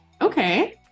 okay